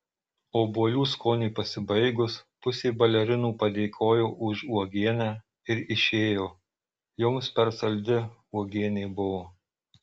obuolių skoniui pasibaigus pusė balerinų padėkojo už uogienę ir išėjo joms per saldi uogienė buvo